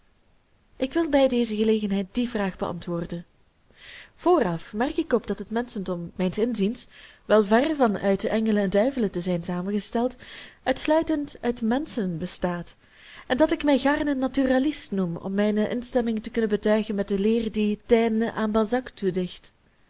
ik wil bij deze gelegenheid die vraag beantwoorden vooraf merk ik op dat het menschdom m i wel verre van uit engelen en duivelen te zijn samengesteld uitsluitend uit menschen bestaat en dat ik mij gaarne naturalist noem om mijne instemming te kunnen betuigen met de leer die taine aan balzac toedicht